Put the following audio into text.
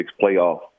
playoff